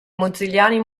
mozilliani